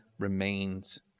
remains